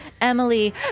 Emily